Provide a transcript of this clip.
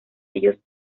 ellos